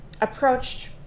approached